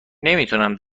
نمیتونم